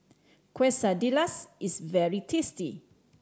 quesadillas is very tasty